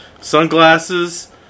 sunglasses